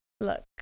look